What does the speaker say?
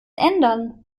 ändern